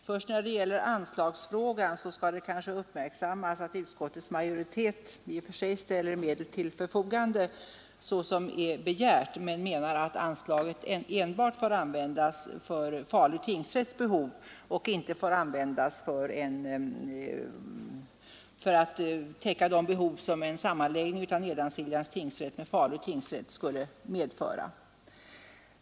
När det först gäller anslagsfrågan bör det kanske uppmärksammas att utskottsmajoriten i och för sig ställer de medel till förfogande som har begärts, men utskottet uttalar att anslaget enbart får användas för Falu tingsrätts behov och inte för att täcka kostnader som en sammanläggning av Nedansiljans tingsrätt med Falu tingsrätt skulle medföra.